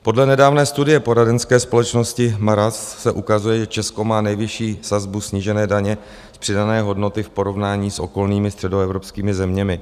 Podle nedávné studie poradenské společnosti Mazars se ukazuje, že Česko má nejvyšší sazbu snížené daně z přidané hodnoty v porovnání s okolními středoevropskými zeměmi.